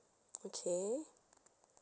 okay